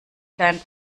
kleinen